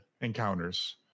encounters